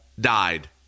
died